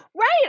Right